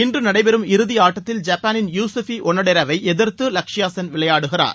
இன்று நடைபெறும் இறுதியாட்டத்தில் ஜப்பாளின் யூசுபி ஒனடேராவை எதிர்த்து லக்ஷயா சென் விளையாடுகிறார்